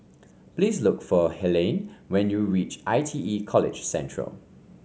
please look for Helaine when you reach I T E College Central